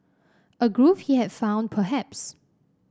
a groove he had found perhaps